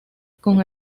con